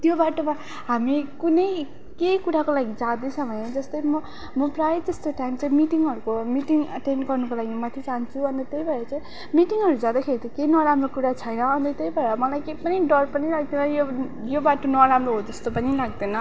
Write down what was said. त्यो बाटोमा हामी कुनै केही कुराको लागि जाँदैछ भने जस्तै म म प्रायः जस्तो टाइम चाहिँ मिटिङहरूको मिटिङ अटेन्ड गर्नुको लागि मात्रै जान्छु अन्त त्यही भएर चाहिँ मिटिङहरू जाँदाखेरि त केही नराम्रो कुरा छैन अन्त त्यही भएर मलाई के पनि डर पनि लाग्दैन यो यो बाटो नराम्रो हो जस्तो पनि लाग्दैन